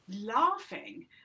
laughing